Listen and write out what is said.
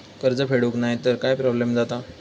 कर्ज फेडूक नाय तर काय प्रोब्लेम जाता?